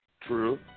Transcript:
True